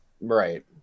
Right